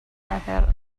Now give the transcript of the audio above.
herh